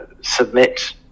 submit